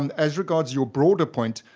um as regards your broader point,